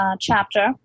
chapter